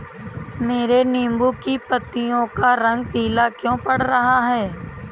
मेरे नींबू की पत्तियों का रंग पीला क्यो पड़ रहा है?